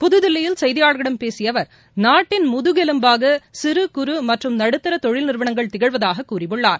புதுதில்லியில் செய்தியாளர்களிடம் பேசிய அவர் நாட்டின் முதுகெலும்பாக சிறுகுறு மற்றும் நடுத்தர தொழில் நிறுவனங்கள் திகழ்வதாக அவர் கூறியுள்ளார்